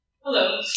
Hello